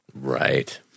Right